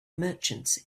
merchants